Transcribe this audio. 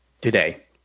today